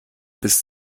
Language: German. bis